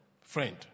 friend